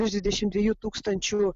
virš dvidešimt dviejų tūkstančių